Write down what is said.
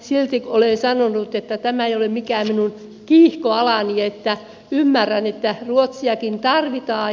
silti olen sanonut että tämä ei ole mikään minun kiihkoalani että ymmärrän että ruotsiakin tarvitaan